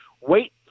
wait